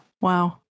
Wow